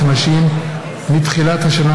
אדוני השר,